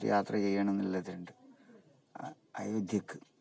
ഒരു യാത്ര ചെയ്യാനൊന്ന് ഉള്ളത് ഉണ്ട് അയോധ്യയ്ക്ക്